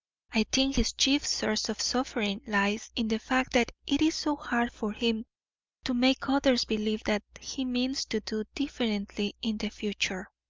i think his chief source of suffering lies in the fact that it is so hard for him to make others believe that he means to do differently in the future.